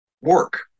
work